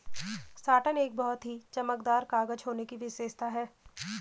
satin एक बहुत ही चमकदार कागज होने की विशेषता है